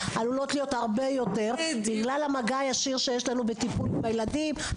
עלולות להיות הרבה יותר קשות בגלל המגע הישיר שיש לנו בטיפול בילדים,